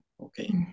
Okay